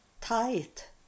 tight